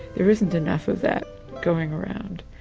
there isn't enough of that going around.